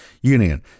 Union